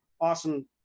Awesome